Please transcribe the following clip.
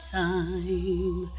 time